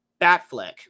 Batfleck